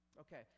Okay